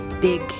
big